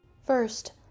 First